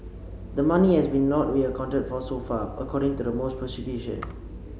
the money has been not accounted for so far according to the prosecution